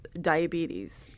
Diabetes